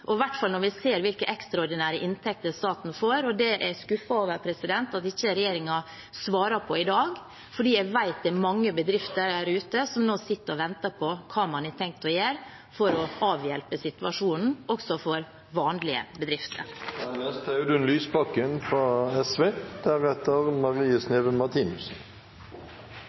hvert fall når vi ser hvilke ekstraordinære inntekter staten får. Det er jeg skuffet over at ikke regjeringen svarer på i dag, for jeg vet det er mange bedrifter der ute som nå sitter og venter på hva man har tenkt å gjøre for å avhjelpe situasjonen også for vanlige bedrifter. Først vil jeg takke statsministeren for en god redegjørelse midt i dette store alvoret. Det